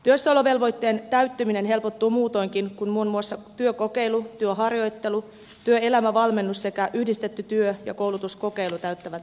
työssäolovelvoitteen täyttyminen helpottuu muutoinkin kun muun muassa työkokeilu työharjoittelu työelämävalmennus sekä yhdistetty työ ja koulutuskokeilu täyttävät työssäolovelvoitetta